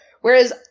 Whereas